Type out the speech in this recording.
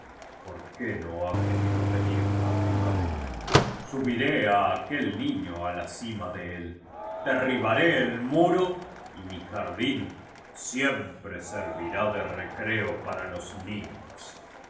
ya porqué no ha querido venir la primavera subiré á aquel niño á la cima de él derribaré el muro y mi jardin siempre servirá de recreo para los niños